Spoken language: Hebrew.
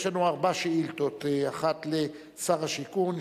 יש לנו ארבע שאילתות: אחת לשר השיכון,